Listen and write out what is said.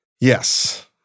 Yes